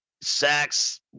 sex